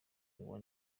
uwa